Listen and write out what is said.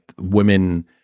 women